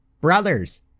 Brothers